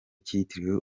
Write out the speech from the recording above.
cyitiriwe